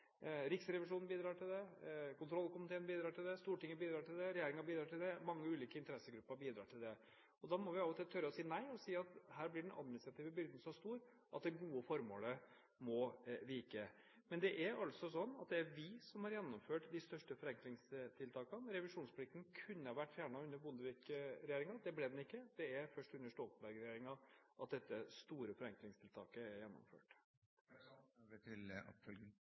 Riksrevisjonen bidrar til det, kontrollkomiteen bidrar til det, Stortinget bidrar til det, regjeringen bidrar til det, og mange ulike interessegrupper bidrar til det. Da må vi av og til tørre å si nei, å si at her blir den administrative byrden så stor at det gode formålet må vike. Men det er altså sånn at det er vi som har gjennomført de største forenklingstiltakene. Revisjonsplikten kunne ha vært fjernet under Bondevik-regjeringen. Det ble den ikke. Det er først under Stoltenberg-regjeringen at dette store forenklingstiltaket er gjennomført. Mitt andre spørsmål til